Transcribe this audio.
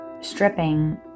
stripping